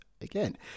again